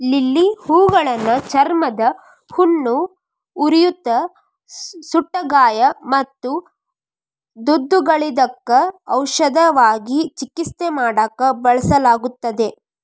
lily ಹೂಗಳನ್ನ ಚರ್ಮದ ಹುಣ್ಣು, ಉರಿಯೂತ, ಸುಟ್ಟಗಾಯ ಮತ್ತು ದದ್ದುಗಳಿದ್ದಕ್ಕ ಔಷಧವಾಗಿ ಚಿಕಿತ್ಸೆ ಮಾಡಾಕ ಬಳಸಲಾಗುತ್ತದೆ